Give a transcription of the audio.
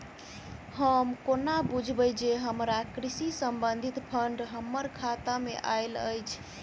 हम कोना बुझबै जे हमरा कृषि संबंधित फंड हम्मर खाता मे आइल अछि?